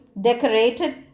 decorated